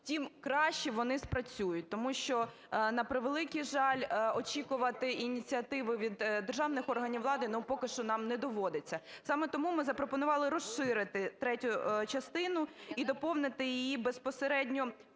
тим краще вони спрацюють. Тому що, на превеликий жаль, очікувати ініціативи від державних органів влади поки що нам не доводиться. Саме тому ми запропонували розширити третю частину і доповнити її безпосередньо